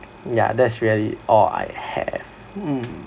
yeah that's really all I have mm